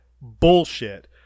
bullshit